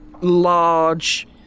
large